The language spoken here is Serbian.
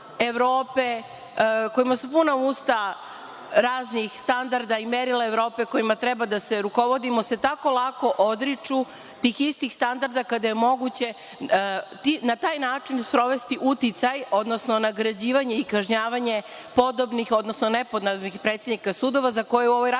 kojima su puna usta raznih standarda i merila Evrope kojima treba da se rukovodimo, se tako lako odriču tih istih standarda kada je moguće na taj način sprovesti uticaj, odnosno nagrađivanje i kažnjavanje podobnih, odnosno nepodobnih predsednika sudova za koje je u ovoj raspravi